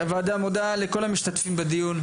הוועדה מודה לכל המשתתפים בדיון.